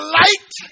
light